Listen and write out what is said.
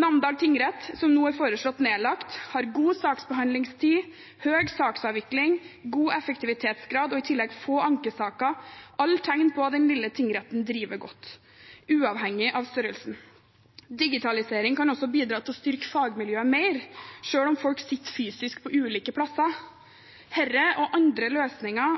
Namdal tingrett, som nå er foreslått nedlagt, har god saksbehandlingstid, høy saksavvikling, god effektivitetsgrad og i tillegg få ankesaker – alle tegn på at den lille tingretten driver godt, uavhengig av størrelsen. Digitalisering kan også bidra til å styrke fagmiljøet mer, selv om folk sitter fysisk på ulike plasser. Disse og andre